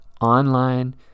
online